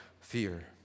fear